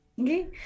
okay